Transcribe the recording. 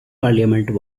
parliament